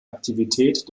aktivität